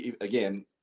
again –